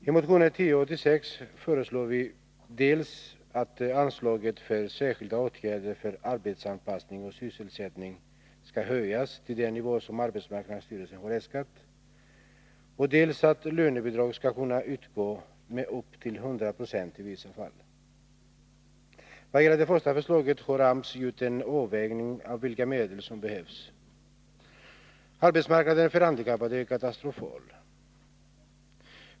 I motionen 1086 föreslår vi dels att anslaget för särskilda åtgärder för arbetsanpassning och sysselsättning skall höjas till den nivå som arbetsmarknadsstyrelsen har äskat, dels att lönebidrag skall kunna utgå med upp till 100 96 i vissa fall. I vad gäller det första förslaget har AMS gjort en avvägning av vilka medel som behövs. Arbetsmarknaden för handikappade är katastrofal.